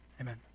Amen